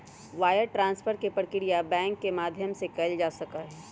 wire transfer के प्रक्रिया bank के माध्यम से ही कइल जा सका हई